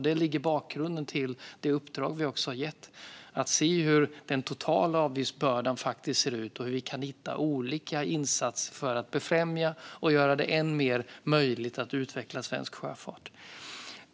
Där ligger bakgrunden till det uppdrag vi har gett till samordnaren, det vill säga att se hur den totala avgiftsbördan faktiskt ser ut och vilka insatser som kan göras för att befrämja och göra det än mer möjligt att utveckla svensk sjöfart.